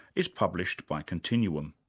is published by continuum.